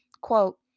quote